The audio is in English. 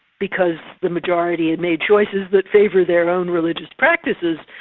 because the majority had made choices that favour their own religious practices,